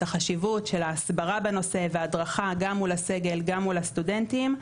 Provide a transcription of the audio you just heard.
החשיבות של ההסברה בנושא ושל ההדרכה גם מול הסגל וגם מול הסטודנטים,